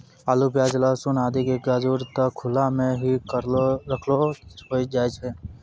आलू, प्याज, लहसून आदि के गजूर त खुला मॅ हीं रखलो रखलो होय जाय छै